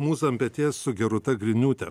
mūza ant peties su gerūta griniūte